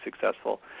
successful